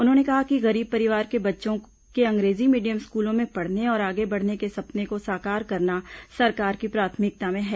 उन्होंने कहा कि गरीब परिवार के बच्चों के अंग्रेजी मीडियम स्कूलों में पढ़ने और आगे बढ़ने के सपने को साकार करना सरकार की प्राथमिकता में है